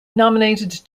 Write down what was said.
nominated